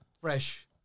fresh